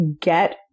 get